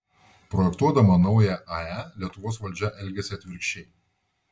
projektuodama naująją ae lietuvos valdžia elgiasi atvirkščiai